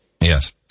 Yes